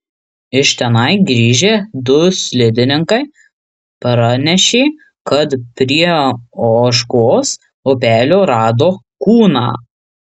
iš tenai grįžę du slidininkai pranešė kad prie ožkos upelio rado kūną